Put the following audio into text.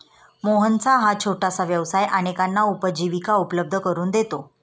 मोहनचा हा छोटासा व्यवसाय अनेकांना उपजीविका उपलब्ध करून देतो